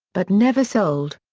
but never sold.